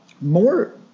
more